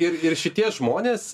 ir ir šitie žmonės